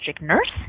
nurse